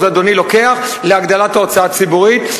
אדוני לוקח להגדלת ההוצאה הציבורית,